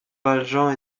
valjean